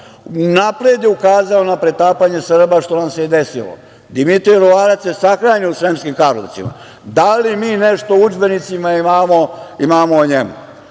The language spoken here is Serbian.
Unapred je ukazao na pretapanje Srba, što nam se i desilo. Dimitrije Ruvarac je sahranjen u Sremskim Karlovcima. Da li mi nešto u udžbenicima imamo o njemu?